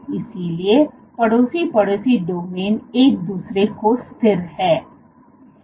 इसलिए पड़ोसी पड़ोसी डोमेन एक दूसरे को स्थिर हैं